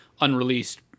unreleased